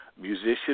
musician